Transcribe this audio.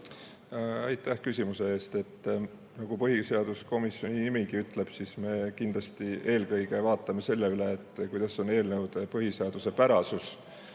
Aitäh küsimuse eest! Nagu põhiseaduskomisjoni nimigi ütleb, siis me kindlasti eelkõige vaatame selle üle, kuidas on eelnõude põhiseaduspärasus.